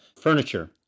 furniture